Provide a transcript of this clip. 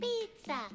Pizza